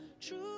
True